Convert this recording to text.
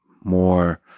more